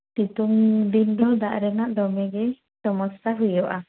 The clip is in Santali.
ᱥᱤᱛᱩᱝ ᱫᱤᱱ ᱫᱚ ᱫᱟᱜ ᱨᱮᱱᱟᱜ ᱫᱚᱢᱮ ᱜᱮ ᱥᱚᱢᱚᱥᱥᱟ ᱦᱩᱭᱩᱜᱼᱟ